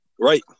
Right